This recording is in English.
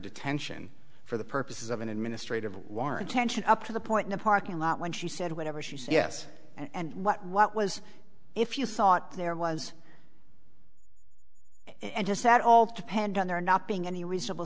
detention for the purposes of an administrative warrant tension up to the point in a parking lot when she said whatever she said yes and what what was if you thought there was and just said all depend on there not being any reasonable